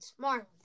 Marlins